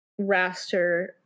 raster